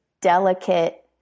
delicate